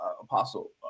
apostle